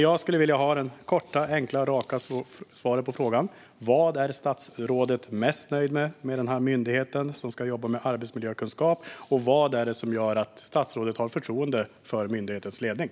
Jag skulle vilja ha det korta, enkla och raka svaret på följande frågor: Vad är statsrådet mest nöjd med när det gäller den här myndigheten, som ska jobba med arbetsmiljökunskap, och vad det är det som gör att statsrådet har förtroende för myndighetens ledning?